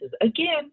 again